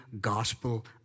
gospel